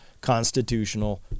constitutional